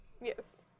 Yes